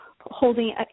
holding